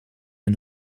hun